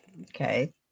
Okay